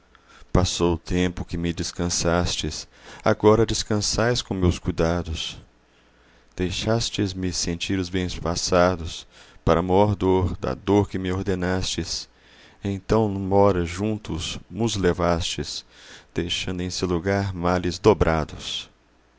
passou o tempo que me descansastes agora descansais com meus cuidados deixastes me sentir os bens passados para mor dor da dor que me ordenastes então nü'hora juntos mos levastes deixando em seu lugar males dobrados